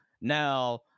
now